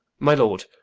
my lord,